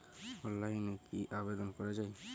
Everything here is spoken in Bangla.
অনলাইনে কি আবেদন করা য়ায়?